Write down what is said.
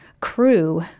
crew